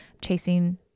chasing